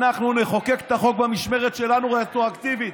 אנחנו נחוקק את החוק במשמרת שלנו רטרואקטיבית.